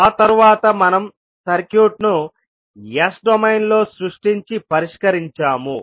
ఆ తర్వాత మనం సర్క్యూట్ను S డొమైన్లో సృష్టించి పరిష్కరించాము